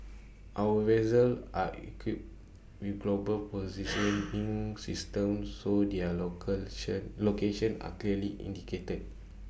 our vessels are equipped with global positioning systems so their locations are clearly indicated